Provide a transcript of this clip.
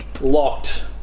locked